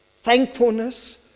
Thankfulness